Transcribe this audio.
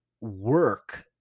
work